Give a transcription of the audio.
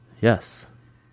Yes